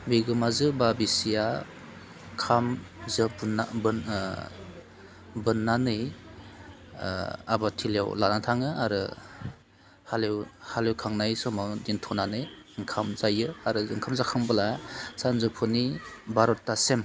बिगोमाजो बा बिसिया खाम जोब ना बोन बोन्नानै आबादथिलियाव लानानै थाङो आरो हालेव हेलेवखांनाय समाव दोन्थ'नानै ओंखाम जायो आरो ओंखाम जाखांब्ला सानजौफुनि बार'थासिम